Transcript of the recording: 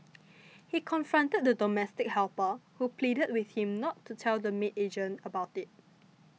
he confronted the domestic helper who pleaded with him not to tell the maid agent about it